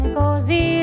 così